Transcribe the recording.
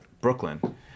brooklyn